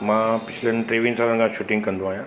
मां पिछलनि टेवीह सालनि खां शूटिंग कंदो आहियां